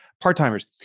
part-timers